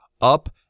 up